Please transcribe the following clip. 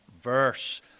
verse